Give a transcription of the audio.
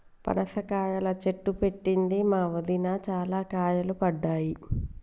పనస కాయల చెట్టు పెట్టింది మా వదిన, చాల కాయలు పడ్డాయి